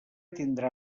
tindrà